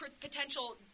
potential